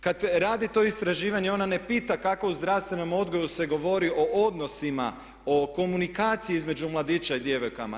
Kad radi to istraživanje ona ne pita kako u zdravstvenom odgoju se govori o odnosima, o komunikaciji između mladića i djevojke.